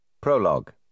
Prologue